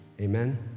Amen